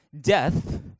death